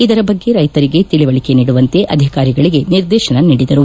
ಇದರ ಬಗ್ಗೆ ರೈತರಿಗೆ ತಿಳವಳಕೆ ನೀಡುವಂತೆ ಅಧಿಕಾರಿಗಳಿಗೆ ನಿರ್ದೇಶನ ನೀಡಿದರು